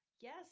Yes